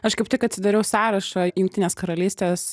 aš kaip tik atsidariau sąrašą jungtinės karalystės